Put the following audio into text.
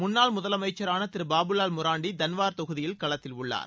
முன்னாள் முதலமைச்சரான திரு பாபுலால் முராண்டி தன்வார் தொகுதியில் களத்தில் உள்ளார்